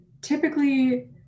Typically